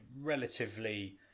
relatively